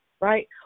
right